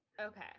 Okay